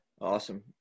Awesome